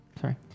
sorry